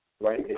right